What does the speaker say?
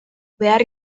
behar